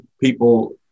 people